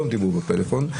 והם לא דיברו בפלאפון,